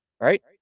right